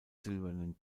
silbernen